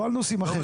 לא על נושאים אחרים.